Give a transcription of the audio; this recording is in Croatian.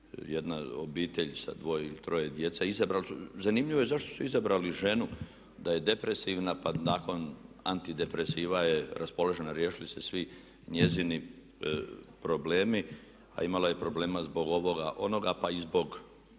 jedna obitelj sa dvoje ili troje djece, izabrali su, zanimljivo je zašto su izabrali ženu da je depresivna pa nakon antidepresiva je raspoložena, riješili su se svi njezini problemi a imala je problema zbog ovoga onoga, pa i zbog